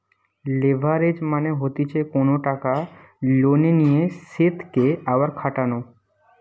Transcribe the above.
leverage মানে হতিছে কোনো টাকা লোনে নিয়ে সেতকে আবার খাটানো